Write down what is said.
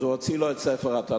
אז הוא הוציא לו את ספר התנ"ך.